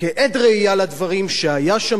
להיסטוריה היהודית בת אלפי השנים